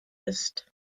ist